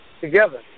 together